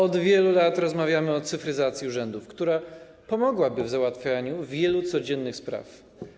Od wielu lat rozmawiamy o cyfryzacji urzędów, która pomogłaby w załatwianiu wielu codziennych spraw.